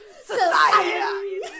Society